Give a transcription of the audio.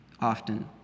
often